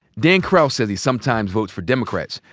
dan crouse says he sometimes votes for democrats,